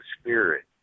Spirit